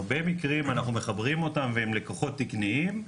הרבה מקרים אנחנו מחברים אותם והם לקוחות תקניים,